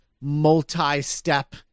multi-step